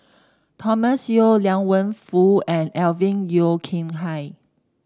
Thomas Yeo Liang Wenfu and Alvin Yeo Khirn Hai